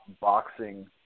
boxing